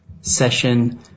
session